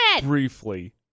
Briefly